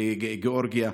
בגאורגיה,